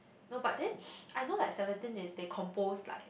no but then I know like Seventeen is they compose like